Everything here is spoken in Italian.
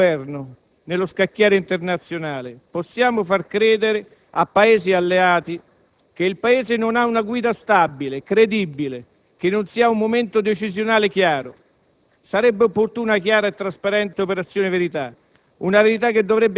È proprio questo giudizio che lascia perplessi sulla credibilità del Governo nello scacchiere internazionale. Possiamo far credere a Paesi alleati che il nostro Paese non ha una guida stabile, credibile, che non si ha un momento decisionale chiaro?